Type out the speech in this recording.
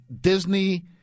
Disney